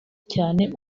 cyane